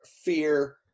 fear